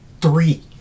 three